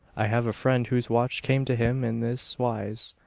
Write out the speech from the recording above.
i have a friend whose watch came to him in this wise.